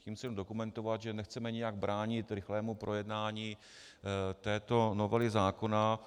Tím chci dokumentovat, že nechceme nijak bránit rychlému projednání této novely zákona.